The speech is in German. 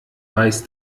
weiß